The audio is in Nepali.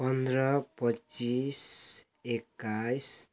पन्ध्र पच्चिस एक्काइस